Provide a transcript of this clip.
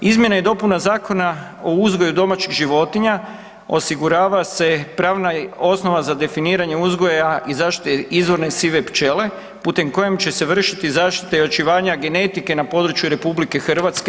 Izmjene i dopuna Zakona o uzgoju domaćih životinja osigura se pravna osnovna za definiranje uzgoja i zaštite izvorne sive pčele putem koje će se vršiti zaštita i očuvanje genetike na području RH.